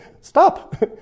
stop